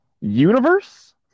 Universe